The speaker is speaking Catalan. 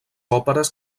òperes